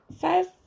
five